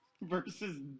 versus